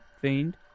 Fiend